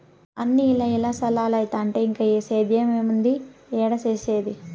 అన్నీ ఇల్ల స్తలాలైతంటే ఇంక సేద్యేమేడుండేది, ఏడ సేసేది